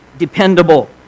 dependable